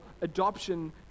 adoption